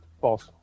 False